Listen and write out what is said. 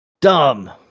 dumb